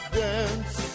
dance